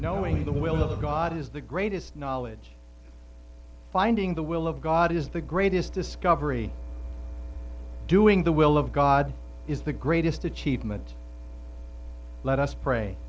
knowing the will of god is the greatest knowledge finding the will of god is the greatest discovery doing the will of god is the greatest achievement let us pray